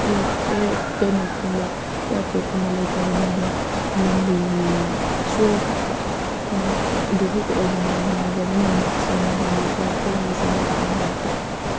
air ꯀꯩꯅꯣꯒꯨꯝꯕ airport ꯀꯨꯝꯕ ꯂꯩꯇꯕꯅꯤꯅ ꯂꯝꯕꯤꯒꯤ ꯁꯣꯔꯣꯛꯈꯛꯇ ꯌꯥꯝ ꯑꯗꯨ ꯈꯛꯇ ꯑꯣꯏꯕꯅꯤꯅ ꯃꯤ ꯒꯚꯔꯃꯦꯟ ꯁꯤꯡꯅ ꯂꯝꯕꯤ ꯁꯣꯔꯣꯛ ꯐꯖꯅ ꯁꯦꯝꯒꯠꯂꯛꯑꯕꯅꯤꯅ